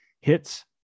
Hits